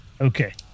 Okay